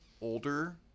older